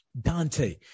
Dante